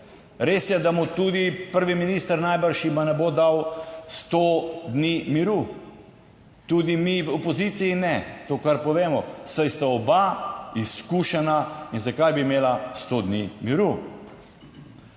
Res je, da mu tudi prvi minister najbrž ima, ne bo dal sto dni miru, tudi mi v opoziciji ne, to, kar povemo, saj sta oba izkušena, in zakaj bi imela sto dni miru?